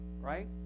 right